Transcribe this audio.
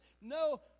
No